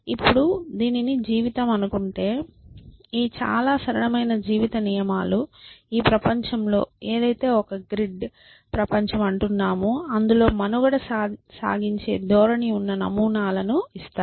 ఇప్పుడు దీనిని జీవితం అనుకుంటే ఈ చాలా సరళమైన జీవిత నియమాలు ఈ ప్రపంచంలోఏదైతే ఒక గ్రిడ్ ప్రపంచం అంటున్నామో అందులో మనుగడ సాగించే ధోరణి ఉన్న నమూనాలను ఇస్తాయి